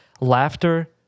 Laughter